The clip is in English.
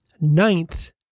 ninth